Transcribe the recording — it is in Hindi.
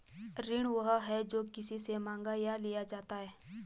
ऋण वह है, जो किसी से माँगा या लिया जाता है